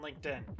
LinkedIn